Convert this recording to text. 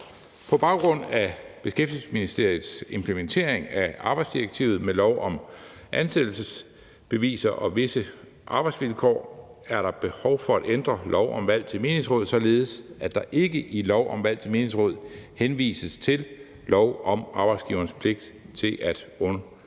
På baggrund af Beskæftigelsesministeriets implementering af arbejdsdirektivet med lov om ansættelsesbeviser og visse arbejdsvilkår er der behov for at ændre lov om valg til menighedsråd, således at der ikke i lov om valg til menighedsråd henvises til lov om arbejdsgiverens pligt til at underrette